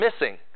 missing